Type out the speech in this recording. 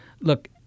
Look